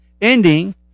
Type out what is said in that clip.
ending